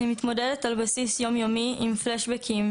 אני מתמודדת על בסיס יום-יומי עם פלאשבקים,